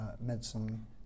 medicine